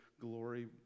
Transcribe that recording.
glory